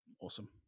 Awesome